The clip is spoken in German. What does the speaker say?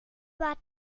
war